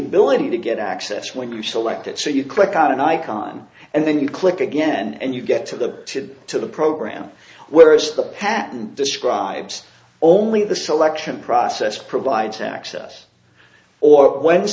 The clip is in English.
ability to get access when you select it so you click on an icon and then you click again and you get to the kid to the program whereas the patent describes only the selection process provides access or when